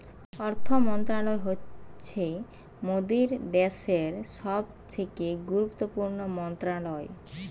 অর্থ মন্ত্রণালয় হচ্ছে মোদের দ্যাশের সবথেকে গুরুত্বপূর্ণ মন্ত্রণালয়